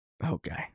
Okay